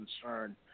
concern